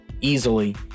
easily